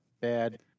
bad